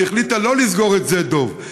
והחליטה שלא לסגור את שדה דב.